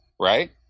right